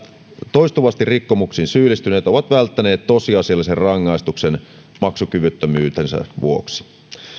toistuvasti rikkomuksiin syyllistyneet ovat välttäneet tosiasiallisen rangaistuksen maksukyvyttömyytensä vuoksi